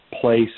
place